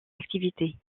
activité